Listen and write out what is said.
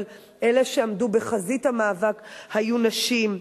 אבל אלה שעמדו בחזית המאבק היו נשים,